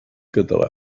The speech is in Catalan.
català